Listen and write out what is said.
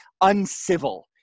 uncivil